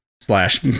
slash